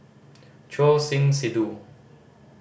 Choor Singh Sidhu